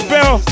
Bell